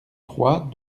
trois